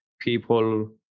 people